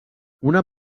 una